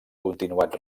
continuat